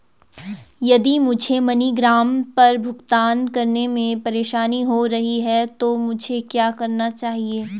यदि मुझे मनीग्राम पर भुगतान करने में परेशानी हो रही है तो मुझे क्या करना चाहिए?